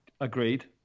Agreed